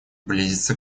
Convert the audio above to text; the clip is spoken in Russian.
близится